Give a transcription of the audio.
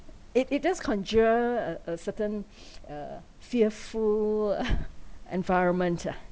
it it does conjure a a certain uh fearful environment ah